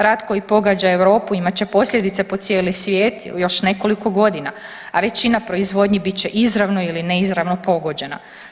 Rat koji pogađa Europu imat će posljedice po cijeli svijet još nekoliko godina, a većina proizvodnji bit će izravno ili neizravno pogođena.